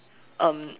um